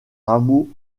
rameaux